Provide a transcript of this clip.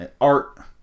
art